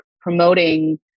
promoting